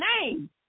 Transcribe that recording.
name